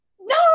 no